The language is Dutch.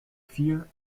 vier